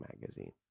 magazine